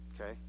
okay